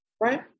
right